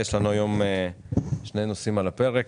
יש לנו היום שני נושאים על הפרק.